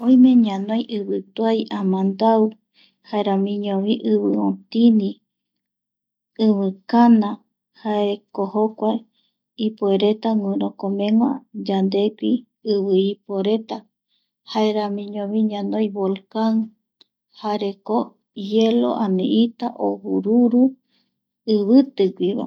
Oime ñaoi ivituai amandau jaeramiñovi ivi otini, jae jokua ipuereta guirokomegua yandegui ivi iporeta, jaeramiñovi ñanoi volcan, jareko hielo ani ita ojururu ivitiguiva